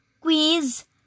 quiz